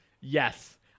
Yes